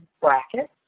bracket